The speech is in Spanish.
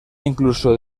incluso